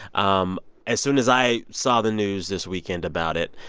um as soon as i saw the news this weekend about it,